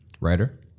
Writer